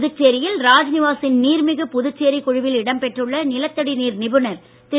புதுச்சேரியில் ராஜ்நிவாசின் நீர்மிகு புதுச்சேரி குழுவில் இடம்பெற்றுள்ள நிலத்தடி நீர் நிபுணர் திரு